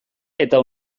eta